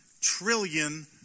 trillion